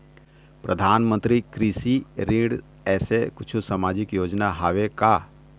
परधानमंतरी कृषि ऋण ऐसे कुछू सामाजिक योजना हावे का?